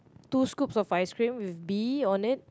two scoops of ice cream with B on it